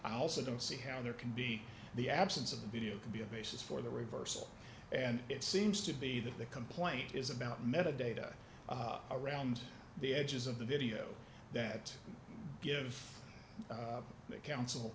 i also don't see how there can be the absence of the video could be a basis for the reversal and it seems to be that the complaint is about metadata around the edges of the video that gives the council